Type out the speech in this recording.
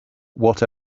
what